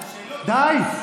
די.